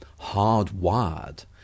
hardwired